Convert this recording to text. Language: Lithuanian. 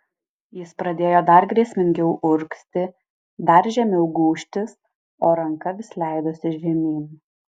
jis pradėjo dar grėsmingiau urgzti dar žemiau gūžtis o ranka vis leidosi žemyn